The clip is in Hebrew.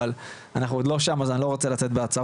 אבל אנחנו עוד לא שם אז אני לא רוצה לצאת בהצהרות,